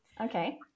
Okay